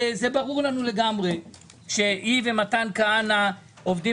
ברור לנו לגמרי שהוא ומתן כהנא עובדים